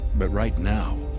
but right now,